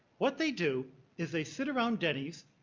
what they do is they sit around denny's,